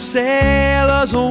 sailor's